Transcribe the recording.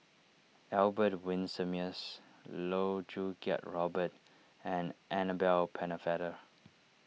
Albert Winsemius Loh Choo Kiat Robert and Annabel Pennefather